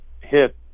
hit